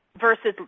versus